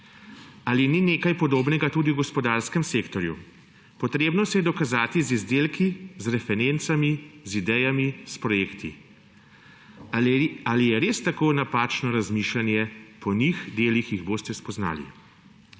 Ali ni nekaj podobnega tudi v gospodarskem sektorju? Treba se je dokazati z izdelki, z referencami, z idejami, s projekti. Ali je res tako napačno razmišljanje »po njih delih jih boste spoznali«?